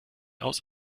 aus